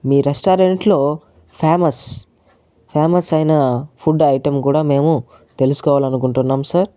మీ restaurant లో famous famous అయినా food item కూడా మేము తెలుసుకోవాలనుకుంటున్నాం సార్